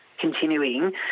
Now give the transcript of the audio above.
continuing